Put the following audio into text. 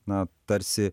na tarsi